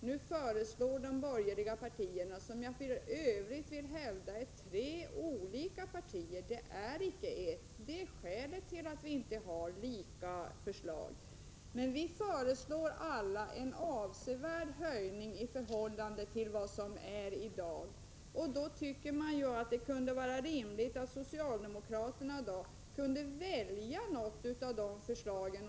Nu föreslår de borgerliga partierna — som jag för övrigt vill hävda är tre olika partier, vilket är skälet till att vi inte har lika förslag — en avsevärd höjning av det nuvarande beloppet. Då borde det vara rimligt för socialdemokraterna att välja något av de borgerliga förslagen.